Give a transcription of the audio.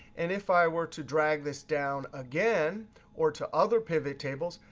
and if i were to drag this down again or to other pivot tables,